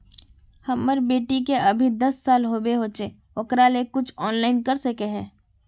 हमर बेटी के अभी दस साल होबे होचे ओकरा ले कुछ ऑनलाइन कर सके है?